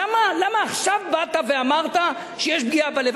למה עכשיו באת ואמרת שיש פגיעה בלב?